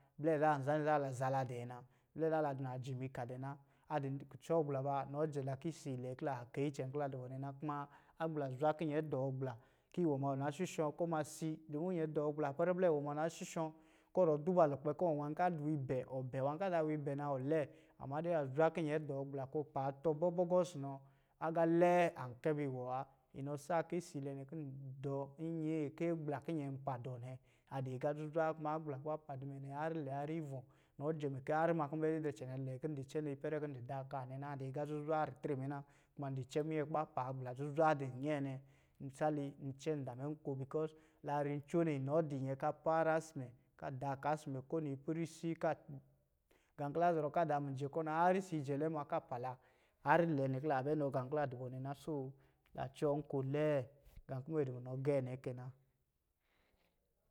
Blɛ zaa nza nɛ za la zala dɛ na, blɛ zaa la di najimi ka dɛ na. A di kucɔ gbla ba nɔ jɛ la ki isiilɛ kila kɛyi icɛn kila di bɔ nɛna. Kuma, agble zwa ki nyɛ dɔɔ gbla, ki iwɔ ma na shushɔ̄ kɔ ma si, dumu nyɛ dɔɔ gbla ipɛrɛ blɛ wɔ ma na shushɔ̄ kɔ zɔrɔ duba lukpɛ kɔ̄ nwā ka di wiibɛ, ɔ bɛ, nwā ka zaa wiibɛ na ɔ lɛ. Amma dɛ a zwa ki nyɛ dɔɔ gbla kɔɔ paatɔ̄ bɔɔbɔgɔ isi nɔ agā lɛɛ an kɛbiiwɔ wa. Inɔ saa ki isiilɛ kɔ̄ n dɔ nyee kɛɛ gbla kin nyɛ pa dɔɔ nɛ, a di aga zuzwa kuma agbla kuba pa di mɛ nɛ harr lɛ harr ivɔ̄, nɔ jɛ mɛ ki harr ma ki ndi da ka nwanɛ na. A di aga zuzwa ritre mɛ na kuma n di cɛ minyɛ kuba paa gbla zuzwa di nyɛɛ nɛ, nsali, n di cɛ nda nko because la ri ncoo nɛ, inɔ di nyɛ ka para isi mɛ, ka da ka si mɛ ko nipɛrisi, ka gā ki la zɔrɔ ka zan mijɛ kɔ̄ na harr si jɛlɛ ma ka pa la, harr lɛ ki la bɛ nɔ gā ki la du bɔ nɛ na. so la cōō nko lɛɛ. Gā kɔ̄ mɛ di munɔ gɛɛ nɛ kɛ na.